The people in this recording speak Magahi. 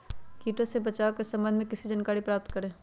किटो से बचाव के सम्वन्ध में किसी जानकारी प्राप्त करें?